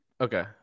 Okay